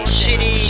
shitty